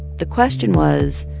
the question was,